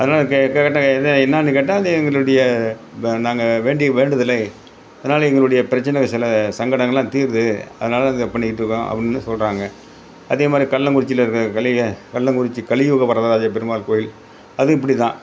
அதெலாம் கே கேட்டே இது என்னெனானு கேட்டால் அது எங்களுடைய நாங்கள் வேண்டிய வேண்டுதலை இதனால எங்களுடைய பிரச்சினை சில சங்கடங்கெல்லாம் தீருது அதனால இதை பண்ணிக்கிட்டு இருக்கோம் அப்படின்னு சொல்கிறாங்க அதே மாதிரி கல்லக்குறிச்சியில் இருக்கற கலிக கல்லக்குறிச்சி கலியுகவரதராஜ பெருமாள் கோவில் அதுவும் இப்படி தான்